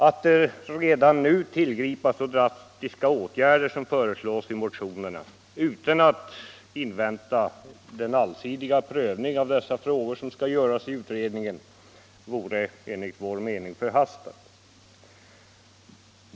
Att redan nu tillgripa så drastiska åtgärder som föreslås i motionerna — utan att invänta den allsidiga prövning av dessa frågor som skall göras i utredningen — vore enligt vår mening förhastat.